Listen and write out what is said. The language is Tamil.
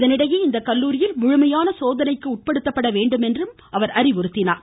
இதனிடையே இந்த கல்லுாரியில் முழுமையான சோதனைக்குட்படுத்தப்பட வேண்டும் என்றும் அறிவுறுத்தினார்